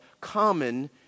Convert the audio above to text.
common